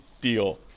deal